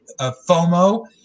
FOMO